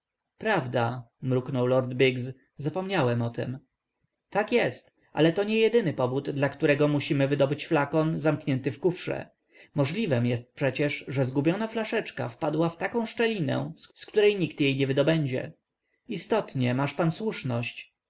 prawda mruknął sir biggs zapomniałem o tem tak jest ale to nie jedyny powód dla którego musimy wydobyć flakon zamknięty w kufrze moźliwemmożliwem jest przecież że zgubiona flaszeczka wpadła w taką szczelinę z której nikt jej nie wydobędzie istotnie masz pan słuszność